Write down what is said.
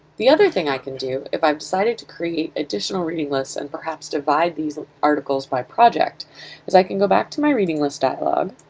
the other thing i can do if i've decided to create additional reading lists and perhaps divide these articles by project is i can go back to my reading list dialog